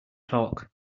talk